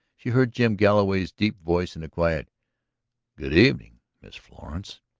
she heard jim galloway's deep voice in a quiet good evening, miss florence.